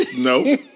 No